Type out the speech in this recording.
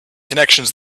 connections